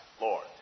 Lord